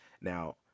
Now